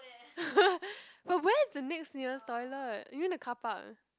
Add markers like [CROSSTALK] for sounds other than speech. [LAUGHS] but where is the next nearest toilet you mean the carpark